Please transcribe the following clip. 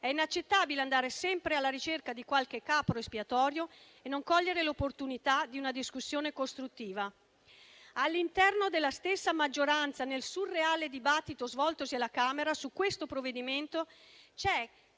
È inaccettabile andare sempre alla ricerca di qualche capro espiatorio e non cogliere l'opportunità di una discussione costruttiva. All'interno della stessa maggioranza, nel surreale dibattito svoltosi alla Camera su questo provvedimento, c'è